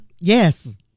Yes